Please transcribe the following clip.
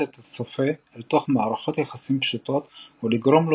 את הצופה אל תוך מערכות יחסים פשוטות ולגרום לו